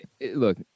look